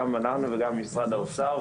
גם אנחנו וגם משרד האוצר,